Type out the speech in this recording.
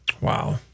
Wow